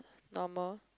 normal